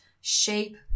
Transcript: shape